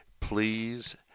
Please